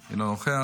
אינו נוכח.